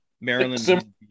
Maryland